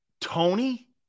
Tony